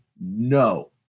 no